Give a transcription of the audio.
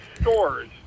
stores